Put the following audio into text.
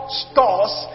stores